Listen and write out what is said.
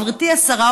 גברתי השרה,